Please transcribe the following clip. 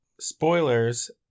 Spoilers